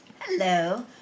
Hello